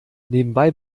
nebenbei